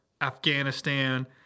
Afghanistan